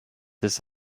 this